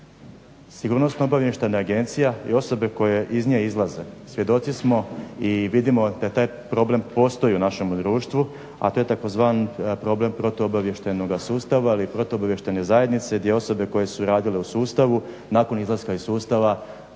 Sigurnosno-obavještajna agencija i osobe koje iz nje izlaze svjedoci smo i vidimo da taj problem postoji u našem društvu, a to je tzv. problem protuobavještajnoga sustava, ali i protuobavještajne zajednice gdje osobe koje su radile u sustavu nakon izlaska iz sustava